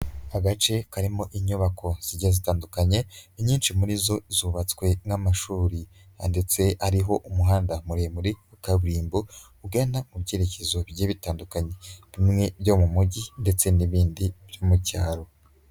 Agace karimo inyubako zigiye zitandukanye, inyinshi muri zo zubatswe nk'amashuri, ndetse hariho umuhanda muremure kaburimbo, ugana mu byerekezo bigiye bitandukanye, bimwe byo mu mujyi, ndetse n'ibindi byo mu cyaro.